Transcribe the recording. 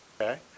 Okay